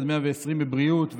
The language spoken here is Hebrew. עד 120 בבריאות ונחת,